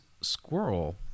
squirrel